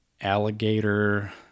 alligator